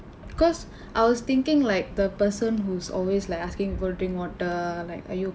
because I was thinking like the person who's always like asking people to drink water like are you